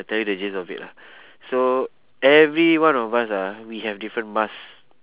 I tell you the gist of it lah so everyone of us ah we have different mask